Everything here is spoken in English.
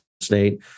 state